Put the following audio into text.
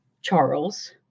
Charles